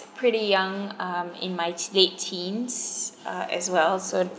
pretty young um in my late teens uh as well so